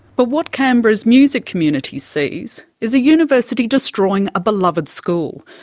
but what canberra's music community sees is a university destroying a beloved school,